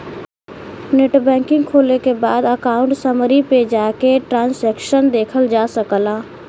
net banking खोले के बाद अकाउंट समरी पे जाके ट्रांसैक्शन देखल जा सकला